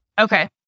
Okay